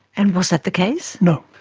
and was that the case? no.